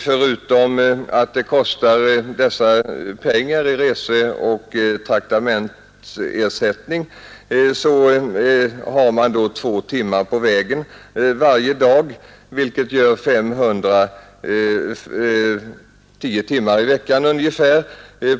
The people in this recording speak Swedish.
Förutom att det blir reseoch traktamentskostnader går det också åt en restid på 2 timmar varje dag, vilket gör 10 timmar i veckan.